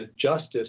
justice